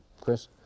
Chris